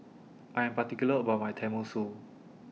I Am particular about My Tenmusu